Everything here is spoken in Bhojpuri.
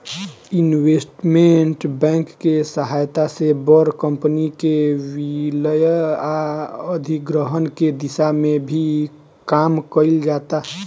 इन्वेस्टमेंट बैंक के सहायता से बड़ कंपनी के विलय आ अधिग्रहण के दिशा में भी काम कईल जाता